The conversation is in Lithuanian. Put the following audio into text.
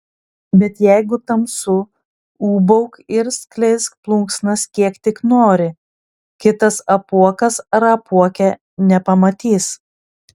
bet jeigu tamsu ūbauk ir skleisk plunksnas kiek tik nori kitas apuokas ar apuokė nepamatys